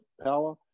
power